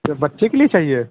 बच्चे के लिए चाहिए